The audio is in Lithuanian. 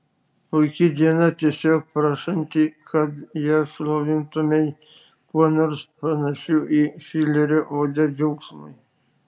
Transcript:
puiki diena tiesiog prašanti kad ją šlovintumei kuo nors panašiu į šilerio odę džiaugsmui